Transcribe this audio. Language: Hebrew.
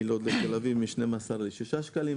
מלוד לתל אביב מ- 12 שקלים ל- 6 שקלים,